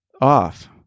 off